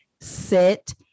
sit